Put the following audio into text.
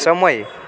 સમય